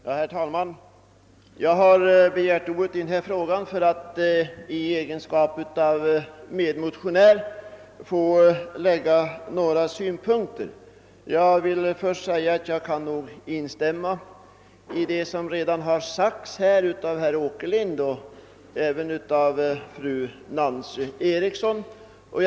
Herr talman! Jag har begärt ordet för att i egenskap av medmotionär anlägga några synpunkter på denna fråga. Jag kan instämma i det som sades av herr Åkerlind och även i det som sades av fru Eriksson i Stockholm.